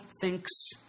thinks